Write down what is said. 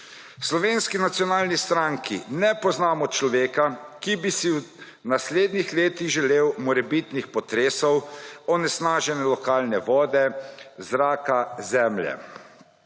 Slovenski nacionalni stranki ne poznamo človeka, ki bi si v naslednjih letih želel morebitnih potresov, onesnažene lokalne vode, zraka, zemlje.